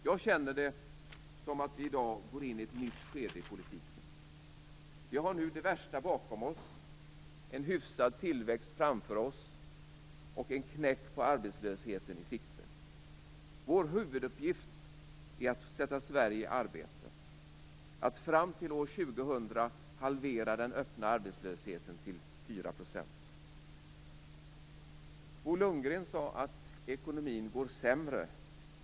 Jag känner det som att vi i dag går in i ett nytt skede i politiken. Vi har nu det värsta bakom oss, en hyfsad tillväxt framför oss och en knäck på arbetslöshetskurvan i sikte. Vår huvuduppgift är att sätta Sverige i arbete, att fram till år 2000 halvera den öppna arbetslösheten till 4 %. Bo Lundgren sade att ekonomin går sämre.